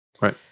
Right